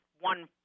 one